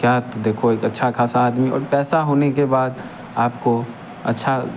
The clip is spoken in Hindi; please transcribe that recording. क्या तो देखो एक अच्छा खासा आदमी और पैसा होने के बाद आपको अच्छा